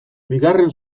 bigarren